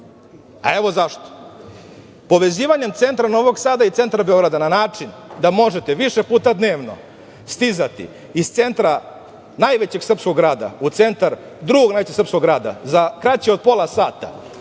A evo zašto. Povezivanjem centra Novog Sada i centra Beograda da način da možete više puta dnevno stizati iz centra najvećeg srpskog grada u centar drugog najvećeg srpskog grada za kraće od pola sata,